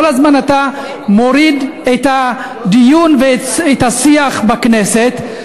כל הזמן אתה מוריד את הדיון ואת השיח בכנסת.